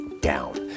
down